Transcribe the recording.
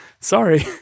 Sorry